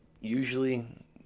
Usually